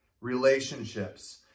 Relationships